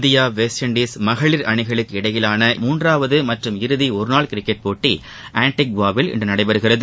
India West Indies மகளிர் அணிகளுக்கு இடையேயான மூன்றாவது மற்றம் இறதி ஒருநாள் கிரிக்கெட் போட்டி ஆன்டிகுவாவில் இன்று நடைபெறுகிறது